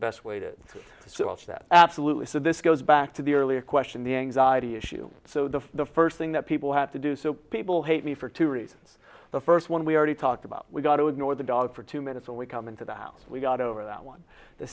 best way to so it's that absolutely so this goes back to the earlier question the anxiety issue so the first thing that people have to do so people hate me for two reasons the first one we already talked about we got to ignore the dog for two minutes when we come into the house we got over that one the